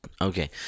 Okay